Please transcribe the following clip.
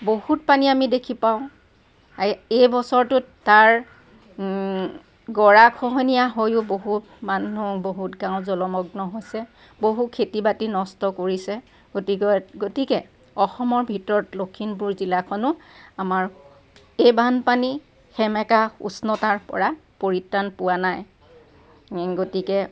বহুত পানী আমি দেখি পাওঁ এই বছৰটোত তাৰ গৰাখহনীয়া হৈও বহুত মানুহ বহুত গাঁও জলমগ্ন হৈছে বহুত খেতি বাতি নষ্ট কৰিছে গতিকে গতিকে অসমৰ ভিতৰত লখিমপুৰ জিলাখনো আমাৰ এই বানপানী সেমেকা উষ্ণতাৰ পৰা পৰিত্ৰাণ পোৱা নাই গতিকে